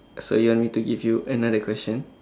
so you want me to give you another question